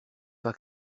pas